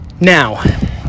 Now